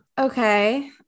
Okay